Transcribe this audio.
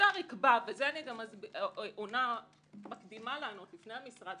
ובזה אני מקדימה לענות, לפני המשרד,